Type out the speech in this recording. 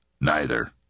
Neither